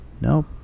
nope